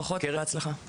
ברכות ובהצלחה.